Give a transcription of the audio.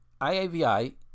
IAVI